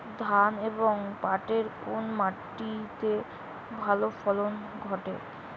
ধান এবং পাটের কোন মাটি তে ভালো ফলন ঘটে?